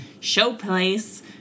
Showplace